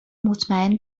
مطمئن